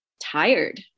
tired